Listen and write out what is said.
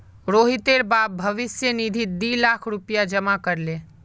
रोहितेर बाप भविष्य निधित दी लाख रुपया जमा कर ले